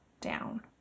down